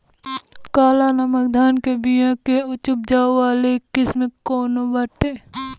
काला नमक धान के बिया के उच्च उपज वाली किस्म कौनो बाटे?